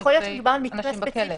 יכול להיות שמדובר על מקרה ספציפי,